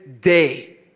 day